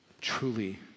truly